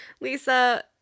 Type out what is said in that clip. Lisa